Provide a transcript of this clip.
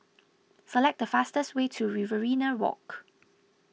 select the fastest way to Riverina Walk